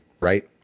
right